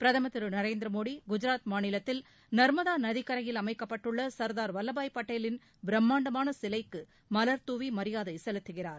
பிரதம் திரு நரேந்திர மோடி குஜாத் மாநிலத்தில் நா்மதா நதிக்கரையில் அமைக்கப்பட்டுள்ள ச்தார் வல்லபாய் பட்டேலின் பிரம்மாண்டமான சிலைக்கு மலர் தூவி மரியாதை செலுத்துகிறார்